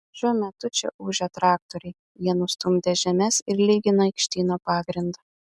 šiuo metu čia ūžia traktoriai jie nustumdė žemes ir lygina aikštyno pagrindą